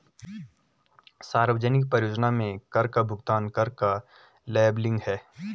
सार्वजनिक परियोजनाओं में कर का भुगतान कर का लेबलिंग है